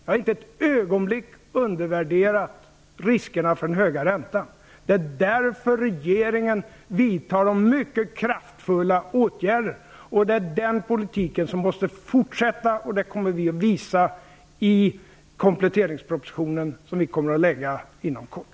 Jag har inte ett ögonblick undervärderat riskerna med den höga räntan. Det är därför som regeringen vidtar mycket kraftfulla åtgärder, och det är den politiken som man måste fortsätta att driva. Det kommer vi att visa i kompletteringspropositionen som vi lägger fram inom kort.